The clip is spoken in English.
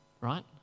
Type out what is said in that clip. right